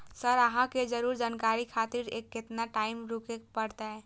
Sir अहाँ से कुछ जानकारी खातिर केतना टाईम रुके परतें?